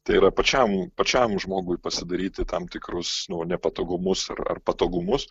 tai yra pačiam pačiam žmogui pasidaryti tam tikrus nu nepatogumus ar ar patogumus